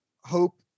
hope –